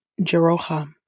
Jeroham